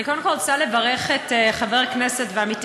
אני קודם כול רוצה לברך את חבר הכנסת ועמיתי